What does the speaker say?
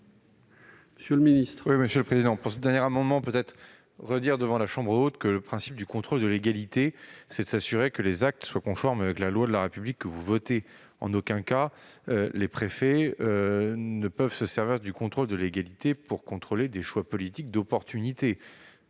Monsieur le ministre,